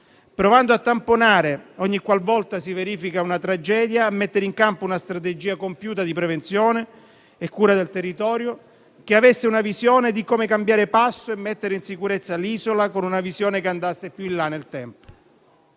provando a tamponare ogni qualvolta si verifica una tragedia, e mettere in campo invece una strategia compiuta di prevenzione e cura del territorio, che avesse una visione di come cambiare passo e mettere in sicurezza l'isola, una visione che andasse più in là nel tempo.